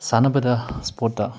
ꯁꯥꯟꯅꯕꯗ ꯏꯁꯄꯣꯔꯠꯇ